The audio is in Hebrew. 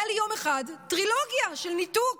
הייתה לי ביום אחד טרילוגיה של ניתוק,